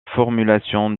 formulation